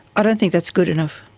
i don't think that's good enough.